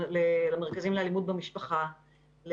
למרכזים לאלימות במשפחה,